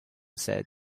said